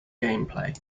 gameplay